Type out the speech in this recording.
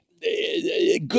Good